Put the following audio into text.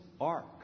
Ark